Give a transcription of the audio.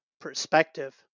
perspective